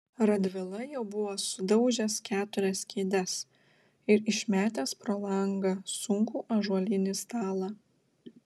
radvila jau buvo sudaužęs keturias kėdes ir išmetęs pro langą sunkų ąžuolinį stalą